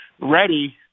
ready